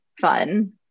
fun